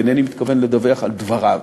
ואינני מתכוון לדווח על דבריו,